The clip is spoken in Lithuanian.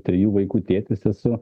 trijų vaikų tėtis esu